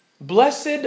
Blessed